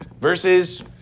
versus